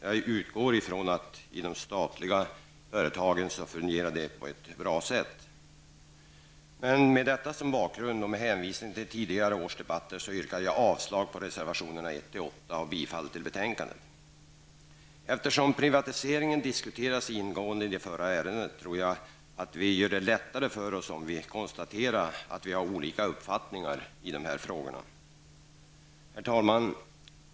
Jag utgår från att det fungerar på ett bra sätt i de statliga företagen. Med detta som bakgrund och med hänvisning till tidigare års debatter yrkar jag avslag på reservationerna 1--8 och bifall till utskottets hemställan. Eftersom privatiseringen diskuterats ingående i det förra ärendet, tror jag att vi gör det lättare för oss om vi konstaterar att vi har olika uppfattningar i de här frågorna. Herr talman!